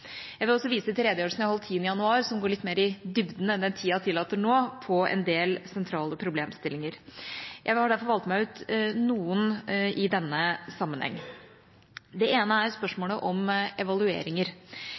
Jeg vil også vise til redegjørelsen jeg holdt den 10. januar, som gikk litt mer i dybden på en del sentrale problemstillinger enn hva tida tillater nå. Jeg har derfor valgt ut noen i denne sammenheng. Det ene er